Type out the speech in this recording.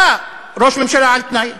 אתה ראש ממשלה על-תנאי,